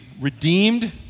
redeemed